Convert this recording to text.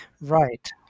Right